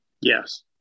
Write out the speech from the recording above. Yes